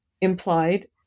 implied